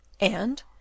And